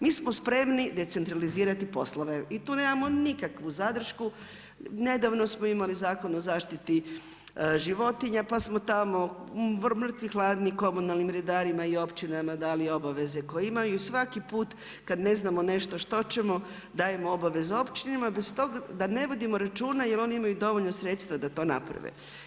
Mi smo spremni decentralizirati poslove i tu nemamo nikakvu zadršku, nedavno smo imali Zakon o zaštiti životinja pa smo tamo mrtvi hladni komunalnim redarima i općinama dali obaveze koje imaju, i svaki put kad ne znamo nešto što ćemo, dajemo obavezu općinama bez toga da ne vodimo računa jer oni imaju dovoljno sredstva da to naprave.